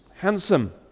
handsome